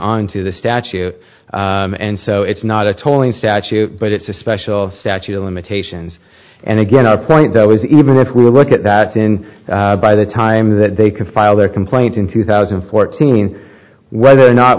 onto the statue and so it's not a tolling statute but it's a special statute of limitations and again our point though is even if we look at that then by the time that they can file their complaint in two thousand and fourteen whether